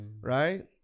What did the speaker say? Right